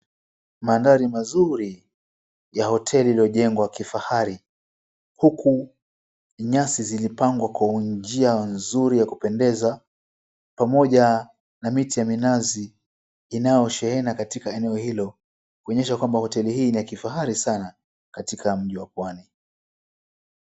Maandhari mazuri ya hoteli iliyojengwa ya kifahari huku nyasi zilipangwa kwa njia nzuri ya kupendeza pamoja na miti ya minazi inayoshehena katika eneo hilo, kuonyesha kwambe hoteli hii ni ya kifahari sana katika mji wa pwani.